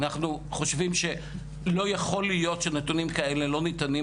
אנחנו חושבים שלא יכול להיות שנתונים כאלה,